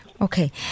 Okay